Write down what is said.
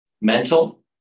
mental